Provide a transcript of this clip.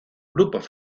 grupos